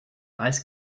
eis